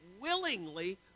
willingly